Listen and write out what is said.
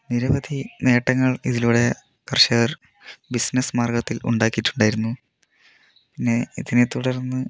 നിരവധി നേട്ടങ്ങൾ ഇതിലൂടെ കർഷകർ ബിസിനെസ്സ് മാർഗത്തിൽ ഉണ്ടാക്കിയിട്ടുണ്ടായിരുന്നു പിന്നെ ഇതിനെ തുടർന്ന്